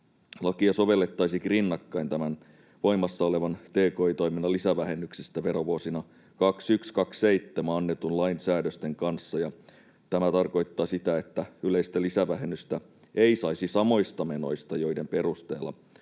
Lakia sovellettaisiinkin rinnakkain voimassa olevan tki-toiminnan lisävähennyksestä verovuosina 21—27 annetun lain säädösten kanssa. Tämä tarkoittaa sitä, että yleistä lisävähennystä ei saisi samoista menoista, joiden perusteella